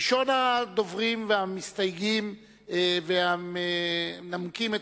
ראשון הדוברים והמסתייגים והמנמקים את